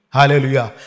Hallelujah